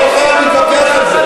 אתה לא חייב להתווכח על זה.